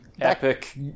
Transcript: epic